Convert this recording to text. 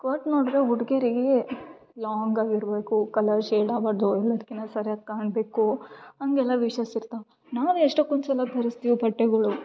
coat ನೋಡ್ರಿ ಹುಡ್ಗೀರಿಗೆ long ಆಗಿರಬೇಕು ಕಲರ್ ಶೇಡ್ ಆಗ್ಬಾರ್ದು ಎಲ್ಲದ್ಕಿನ್ನ ಸರ್ಯಾಗಿ ಕಾಣಬೇಕು ಹಂಗೆಲ್ಲ ವಿಷಸ್ ಇರ್ತಾವ ನಾವು ಎಷ್ಟಕೊಂದ್ಸಲ ತೋರಸ್ತೀವಿ ಬಟ್ಟೆಗಳು